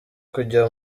kujya